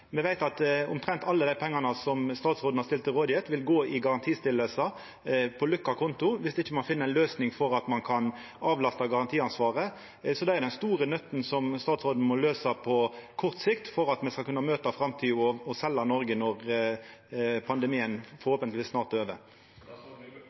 Me veit at omtrent alle pengane som statsråden har stilt til rådvelde, vil gå til å stilla garanti på lukka konto viss ein ikkje finn ei løysing for at ein kan avlasta garantiansvaret. Det er den store nøtta som statsråden må løysa på kort sikt for at me skal kunna møta framtida og selja Noreg, når pandemien